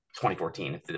2014